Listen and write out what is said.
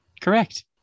Correct